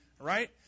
right